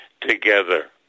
together